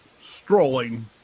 strolling